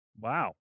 Wow